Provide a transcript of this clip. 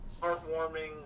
heartwarming